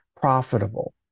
profitable